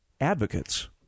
advocates